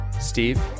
Steve